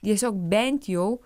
tiesiog bent jau